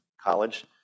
college